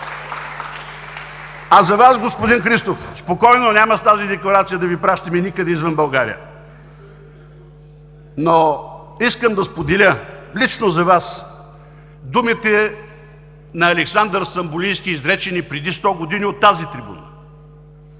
А за Вас, господин Христов, спокойно, няма с тази Декларация да Ви пращаме никъде извън България. Но искам да споделя лично за Вас думите на Александър Стамболийски, изречени преди 100 години от тази трибуна.